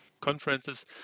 conferences